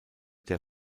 der